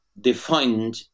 defined